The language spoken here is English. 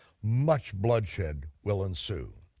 much bloodshed will ensue.